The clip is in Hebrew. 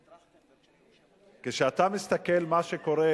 אבל כשאתה מסתכל מה שקורה,